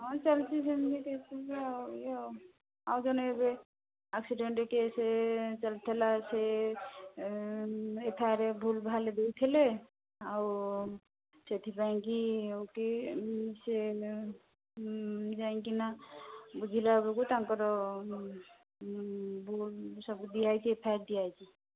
ହଁ ହଁ ଚାଲିଛି ସେମିତି କେସ ବେସ ଆଉ ୟେ ଆଉ ଆଉ ଜଣେଏବେ ଆକ୍ସିଡେଣ୍ଟ୍ କେସ୍ ଚାଲିଥିଲା ସେ ଏଠାରେ ଭୁଲଭାଲ ଦେଇଥିଲେ ଆଉ ସେଥିପାଇଁକି ସେ ଯାଇକିନା ବୁଝିଲା ବେଳକୁ ତାଙ୍କର ସବୁଦିଆ ହୋଇଛି ଏଫ୍ ଆଇ ଆର୍ ଦିଆ ହୋଇଛି